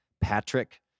Patrick